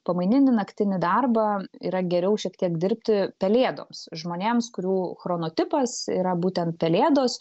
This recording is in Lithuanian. pamaininį naktinį darbą yra geriau šiek tiek dirbti pelėdoms žmonėms kurių chrono tipas yra būtent pelėdos